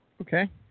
Okay